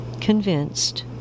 convinced